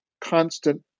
constant